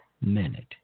minute